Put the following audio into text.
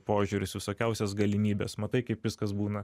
požiūrius visokiausias galimybes matai kaip viskas būna